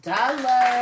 Dollar